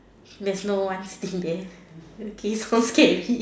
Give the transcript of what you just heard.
there's no one sitting there okay so scary